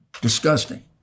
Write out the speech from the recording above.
Disgusting